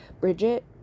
bridget